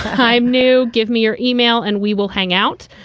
i'm new. give me your email and we will hang out.